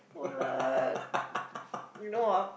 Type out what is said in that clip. what you know ah